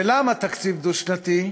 ולמה תקציב דו-שנתי?